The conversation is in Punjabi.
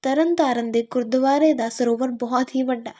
ਤਰਨ ਤਾਰਨ ਦੇ ਗੁਰਦੁਆਰੇ ਦਾ ਸਰੋਵਰ ਬਹੁਤ ਹੀ ਵੱਡਾ ਹੈ